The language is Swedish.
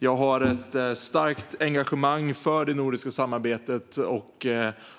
Jag har ett starkt engagemang för det nordiska samarbetet och